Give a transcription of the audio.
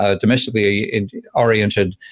domestically-oriented